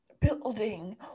building